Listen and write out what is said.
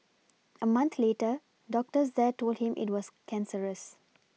a month later doctors there told him it was cancerous